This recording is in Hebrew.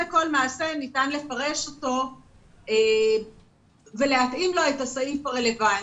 מעשה ניתן לפרש אותו ולהתאים לו את הסעיף הרלוונטי.